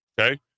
okay